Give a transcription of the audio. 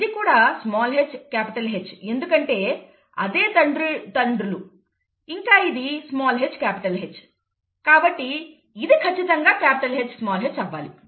ఇది కూడా hH ఎందుకంటే అదే తల్లిదండ్రులు ఇంకా ఇది hH కాబట్టి ఇది ఖచ్చితంగా Hh అవ్వాలి